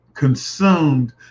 consumed